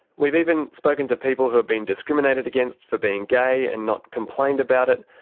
we've even spoken to people who've been discriminated against for being gay and not complained about it,